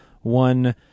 one